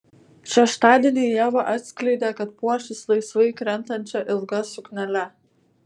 šeštadienį ieva atskleidė kad puošis laisvai krentančia ilga suknele